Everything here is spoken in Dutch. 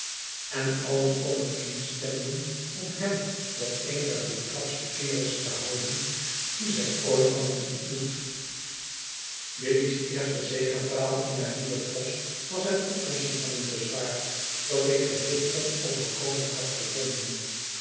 en alien overeenstemden om hem voor een der doortraptste kerels te houden die zij ooit hadden ontmoet u biddy's eerste zegepraal in haar nieuw n post was het oplossen van een bezwaar dat ik geheel onoverkomelijk had gevonden